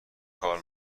کار